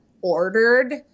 ordered